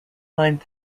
line